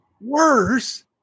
worse